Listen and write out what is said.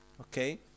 okay